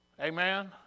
Amen